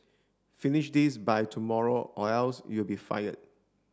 finish this by tomorrow or else you'll be fired